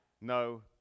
No